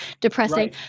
depressing